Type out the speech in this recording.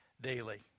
daily